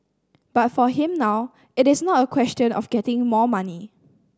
but for him now it is not a question of getting more money